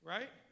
Right